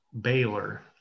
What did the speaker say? Baylor